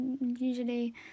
usually